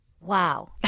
Wow